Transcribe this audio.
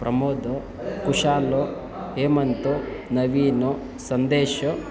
Pramod Kushal Hemant Naveen Sandesh